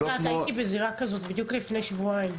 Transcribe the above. אני יודעת, הייתי בזירה כזאת בדיוק לפני שבועיים.